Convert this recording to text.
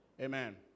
Amen